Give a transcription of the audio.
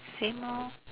same lor